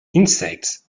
insects